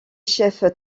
chefs